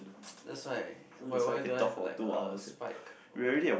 that's why why why don't have like a spike over there